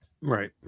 Right